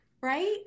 Right